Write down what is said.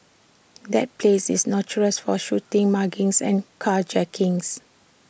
that place is notorious for shootings muggings and carjackings